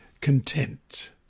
content